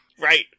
Right